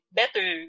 better